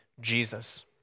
Jesus